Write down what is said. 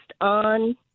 on